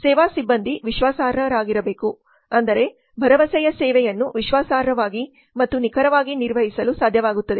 ಸೇವಾ ಸಿಬ್ಬಂದಿ ವಿಶ್ವಾಸಾರ್ಹರಾಗಿರಬೇಕು ಅಂದರೆ ಭರವಸೆಯ ಸೇವೆಯನ್ನು ವಿಶ್ವಾಸಾರ್ಹವಾಗಿ ಮತ್ತು ನಿಖರವಾಗಿ ನಿರ್ವಹಿಸಲು ಸಾಧ್ಯವಾಗುತ್ತದೆ